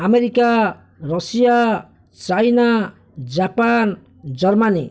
America Russia China Japan Germany